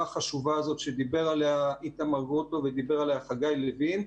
החשובה הזאת שדיבר עליה איתמר גרוטו ודיבר עליה חגי לוין,